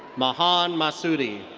mahan massoudi.